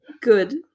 Good